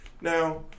Now